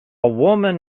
woman